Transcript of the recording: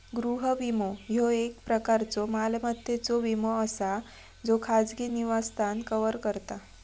गृह विमो, ह्यो एक प्रकारचो मालमत्तेचो विमो असा ज्यो खाजगी निवासस्थान कव्हर करता